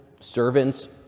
servants